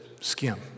skim